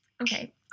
Okay